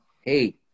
hey